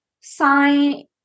sign